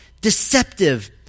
deceptive